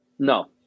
No